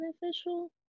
beneficial